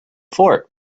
fort